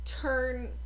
turn